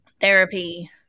therapy